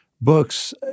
books